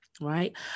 right